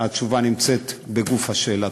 התשובה על זה נמצאת בגוף השאלה.